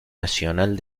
nacional